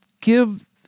Give